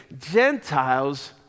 Gentiles